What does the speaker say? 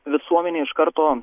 visuomenė iš karto